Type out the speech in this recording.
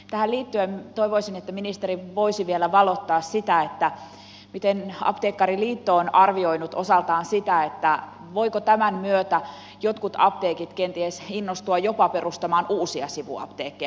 tähän liittyen toivoisin että ministeri voisi vielä valottaa sitä miten apteekkariliitto on arvioinut osaltaan sitä voivatko tämän myötä jotkut apteekit kenties innostua jopa perustamaan uusia sivuapteekkeja